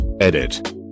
Edit